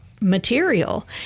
material